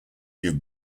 give